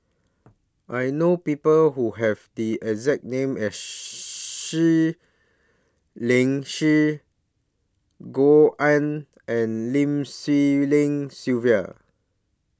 I know People Who Have The exact name Seah Liang Seah Gao Ning and Lim Swee Lian Sylvia